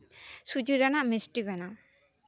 ᱥᱩᱡᱤ ᱨᱮᱱᱟᱜ ᱢᱤᱥᱴᱤ ᱵᱮᱱᱟᱣ